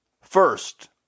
First